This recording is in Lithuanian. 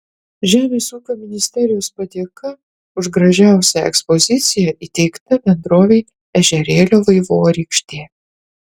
žemės ūkio ministerijos padėka už gražiausią ekspoziciją įteikta bendrovei ežerėlio vaivorykštė